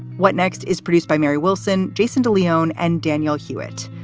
what next? is produced by mary wilson, jason de leon and daniel hewitt.